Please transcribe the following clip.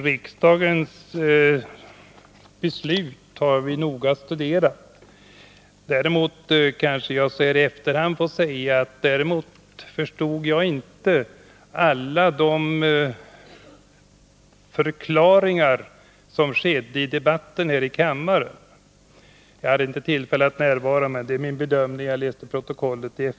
Herr talman! Vi har noga studerat riksdagens beslut. Men jag får kanske så här i efterhand säga att jag inte förstod alla de förklaringar som gjordes i debatten här i kammaren. Jag hade inte tillfälle att närvara, men detta är min bedömning efter att ha läst protokollet.